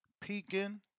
peeking